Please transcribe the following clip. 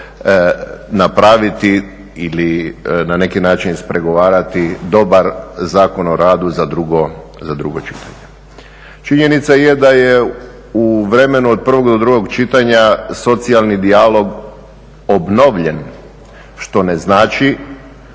napraviti ili na neki način ispregovarati dobar Zakon o radu za drugo čitanje. Činjenica je da je u vremenu od prvog do drugog čitanja socijalni dijalog obnovljen što ne znači